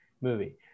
movie